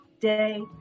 day